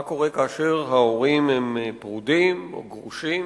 מה קורה כשההורים פרודים או גרושים?